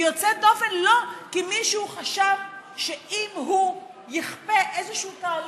והיא יוצאת דופן לא כי מישהו חשב שאם הוא יכפה איזשהו תהליך,